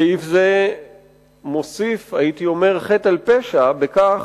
סעיף זה מוסיף, הייתי אומר, חטא על פשע בכך